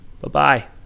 Bye-bye